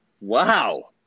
Wow